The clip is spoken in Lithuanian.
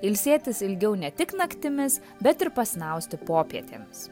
ilsėtis ilgiau ne tik naktimis bet ir pasnausti popietėms